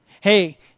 Hey